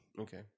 Okay